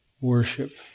worship